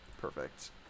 Perfect